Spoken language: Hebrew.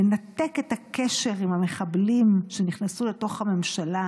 לנתק את הקשר עם המחבלים שנכנסו לתוך הממשלה,